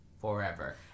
forever